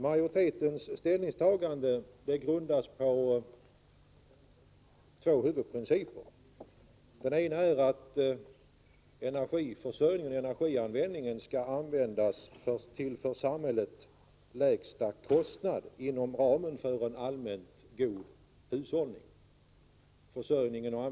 Majoritetens ställningstagande grundas på två huvudprinciper. Den ena är att energiförsörjningen skall tillgodoses till för samhället lägsta möjliga kostnad inom ramen för en allmänt god hushållning.